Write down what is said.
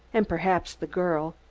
and perhaps the girl!